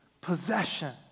possession